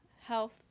health